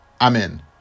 Amen